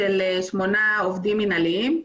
שמונה עובדים מינהליים,